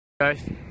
guys